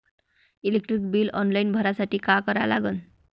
Electric bill online भरासाठी का करा लागन?